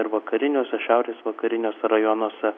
ir vakariniuose šiaurės vakariniuose rajonuose